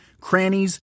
crannies